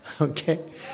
Okay